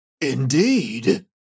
Indeed